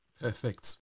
Perfect